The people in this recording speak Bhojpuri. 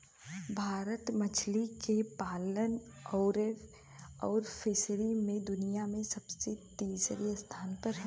भारत मछली के पालन आउर फ़िशरी मे दुनिया मे दूसरे तीसरे स्थान पर हौ